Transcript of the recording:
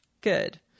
Good